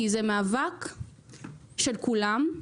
כי זה מאבק של כולם.